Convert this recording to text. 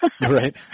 Right